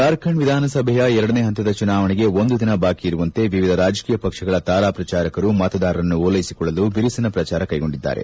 ಜಾರ್ಖಂಡ್ ವಿಧಾನಸಭೆಯ ಎರಡನೇ ಪಂತದ ಚುನಾವಣೆಗೆ ಒಂದು ದಿನ ಬಾಕಿ ಇರುವಂತೆ ವಿವಿಧ ರಾಜಕೀಯ ಪಕ್ಷಗಳ ತಾರಾ ಪ್ರಚಾರಕರು ಮತದಾರರನ್ನು ಓಲ್ಲೆಸಿಕೊಳ್ಳಲು ಬಿರುಸಿನ ಪ್ರಚಾರ ಕೈಗೊಂಡಿದ್ದಾರೆ